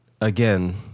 again